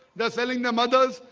they're selling their mothers.